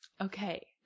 Okay